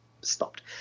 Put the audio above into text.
stopped